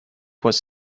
was